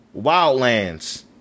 Wildlands